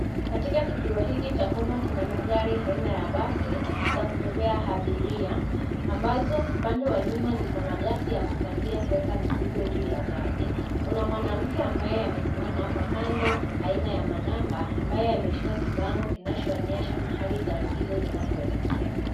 Katika kituo hiki cha uma kina magari aina ya basi za kubebea abiria, ambazo upande wa nyuma zikona gasi ya kupandia kueka mizigo juu ya gari. Kuna mwanamke ambaye amesimama hapa kando aina ya manamba ambaye ameshika kibango kinacho onyesha mahali gari izo zinakoelekea.